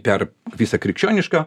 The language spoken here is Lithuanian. per visą krikščionišką